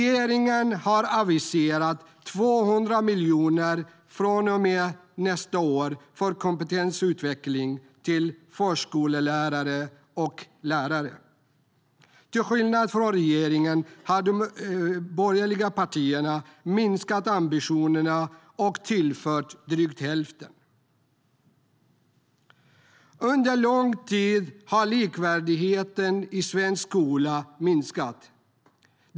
Till skillnad från regeringen har de borgerliga partierna minskat ambitionerna och tillfört drygt hälften. Under lång tid har likvärdigheten i svensk skola minskat.